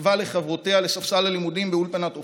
כתבה לחברותיה לספסל הלימודים באולפנת עפרה: